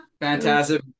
fantastic